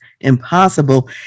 impossible